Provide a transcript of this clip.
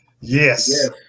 Yes